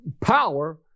power